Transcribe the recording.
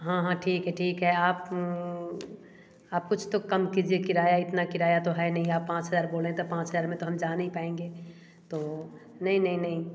हाँ हाँ ठीक है ठीक है आप आप कुछ तो कम कीजिए किराया इतना किराया तो हैं नहीं आप पाँच हजार बोल रहे हैं तब पाँच हजार मैं तो हम जा नहीं पाएँगे तो नहीं नहीं नहीं